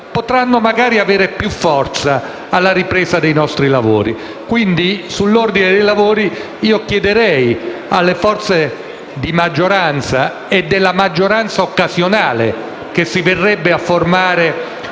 potranno magari avere più forza alla ripresa dei nostri lavori. Chiederei quindi alle forze di maggioranza ed alla maggioranza occasionale che si verrebbe a formare